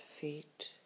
feet